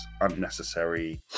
unnecessary